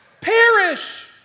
perish